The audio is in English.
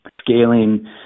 scaling